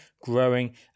growing